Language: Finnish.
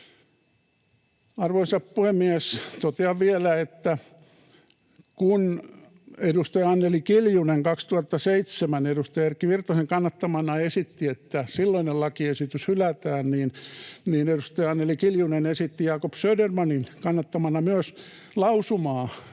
Arvoisa puhemies! Totean vielä, että kun edustaja Anneli Kiljunen 2007 edustaja Erkki Virtasen kannattamana esitti, että silloinen lakiesitys hylätään, niin edustaja Anneli Kiljunen esitti Jacob Södermanin kannattamana myös lausumaa,